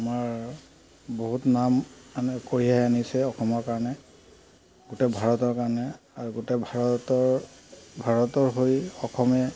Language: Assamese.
আমাৰ বহুত নাম আমি কঢ়িয়াই আনিছে অসমৰ কাৰণে গোটেই ভাৰতৰ কাৰণে আৰু গোটেই ভাৰতৰ ভাৰতৰ হৈ অসমে